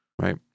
right